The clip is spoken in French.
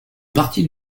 partie